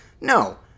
No